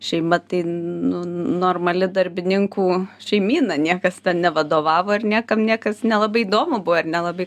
šeima tai nu normali darbininkų šeimyna niekas ten nevadovavo ir niekam niekas nelabai įdomu buvo ir nelabai